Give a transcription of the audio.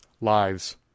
lives